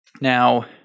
Now